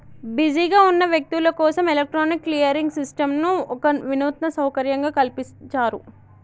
బిజీగా ఉన్న వ్యక్తులు కోసం ఎలక్ట్రానిక్ క్లియరింగ్ సిస్టంను ఒక వినూత్న సౌకర్యంగా కల్పించారు